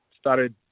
started